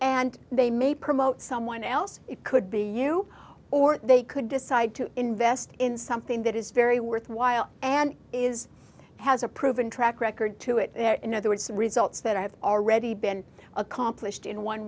and they may promote someone else it could be you or they could decide to invest in something that is very worthwhile and is has a proven track record to it in other words results that i have already been accomplished in one